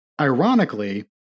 ironically